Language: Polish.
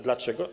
Dlaczego?